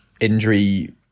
injury